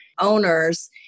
owners